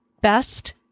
best